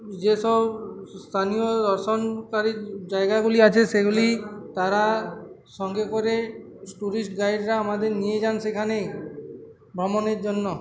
যেসব স্থানীয় দর্শনকারী জায়গাগুলি আছে সেগুলি তারা সঙ্গে করে টুরিস্ট গাইডরা আমাদের নিয়ে যান সেখানে ভ্রমণের জন্য